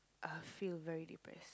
I'll feel very depressed